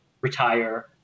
retire